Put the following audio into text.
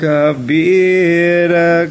Kabira